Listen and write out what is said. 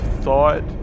thought